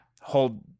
hold